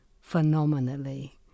phenomenally